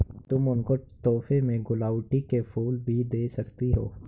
तुम उनको तोहफे में गुलाउदी के फूल भी दे सकती हो